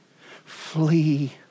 Flee